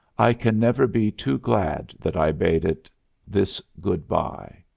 i can never be too glad that i bade it this good-by.